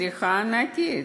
צריכה ענקית,